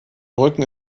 brücken